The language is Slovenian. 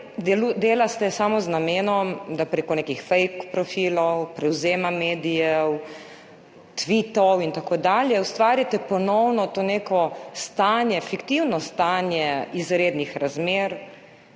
delate samo z namenom, da prek nekih fake profilov, prevzema medijev, tvitov in tako dalje ustvarite ponovno to neko stanje, fiktivno stanje izrednih razmer,